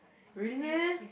really meh